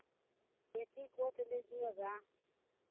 petticoat लीजिएगा